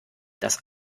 das